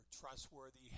trustworthy